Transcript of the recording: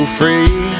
free